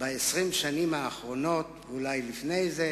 ב-20 השנים האחרונות, אולי לפני זה,